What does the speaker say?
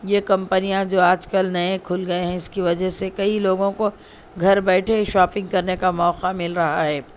یہ کمپنیاں جو آج کل نئے کھل گئے ہیں اس کی وجہ سے کئی لوگوں کو گھر بیٹھے شاپنگ کرنے کا موقع مل رہا ہے